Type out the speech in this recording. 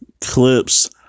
Clips